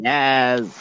Yes